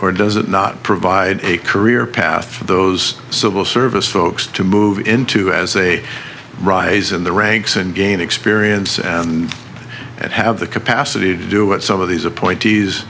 or does it not provide a career path for those civil service folks to move into as a rise in the ranks and gain experience and and have the capacity to do what some of these appointees